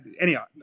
anyhow